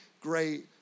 great